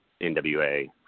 NWA